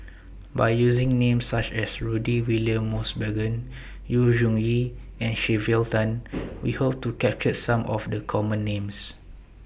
By using Names such as Rudy William Mosbergen Yu Zhuye and Sylvia Tan We Hope to capture Some of The Common Names